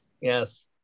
Yes